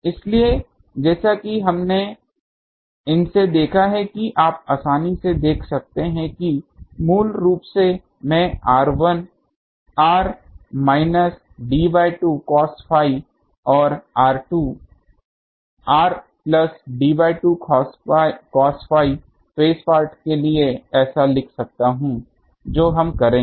इसलिए जैसा कि हमने इनसे देखा है कि आप आसानी से देख सकते हैं कि मूल रूप से मैं r1 r minus d2 cos phi और r2 r plus d2 cos phi phase part के लिए ऐसा लिख सकता हूँ जो हम करेंगे